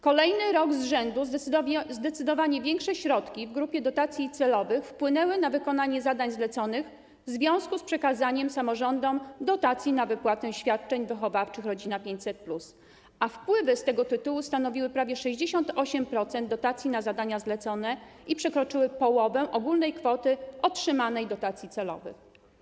Kolejny rok z rzędu zdecydowanie większe środki w grupie dotacji celowych wpłynęły na wykonanie zadań zleconych w związku z przekazaniem samorządom dotacji na wypłatę świadczeń wychowawczych „Rodzina 500+”, a wpływy z tego tytułu stanowiły prawie 68% dotacji na zadania zlecone i przekroczyły połowę ogólnej kwoty otrzymanych dotacji celowych.